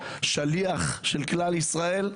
שליח של כלל ישראל.